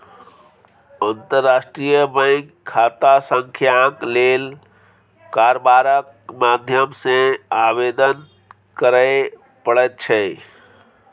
अंतर्राष्ट्रीय बैंक खाता संख्याक लेल कारबारक माध्यम सँ आवेदन करय पड़ैत छै